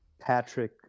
Patrick